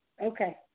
Okay